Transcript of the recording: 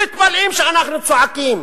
ומתפלאים שאנחנו צועקים